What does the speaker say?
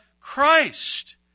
Christ